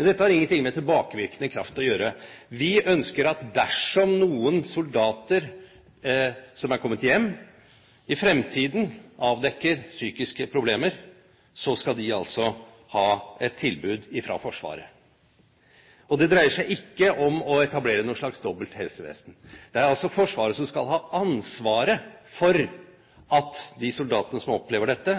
å gjøre. Vi ønsker at dersom noen soldater som er kommet hjem, i fremtiden får avdekket psykiske problemer, skal de få et tilbud fra Forsvaret. Det dreier seg ikke om å etablere noe slags dobbelt helsevesen. Det er Forsvaret som skal ha ansvaret for at de soldatene som opplever dette,